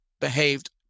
behaved